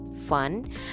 fun